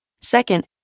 Second